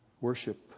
Worship